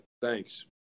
thanks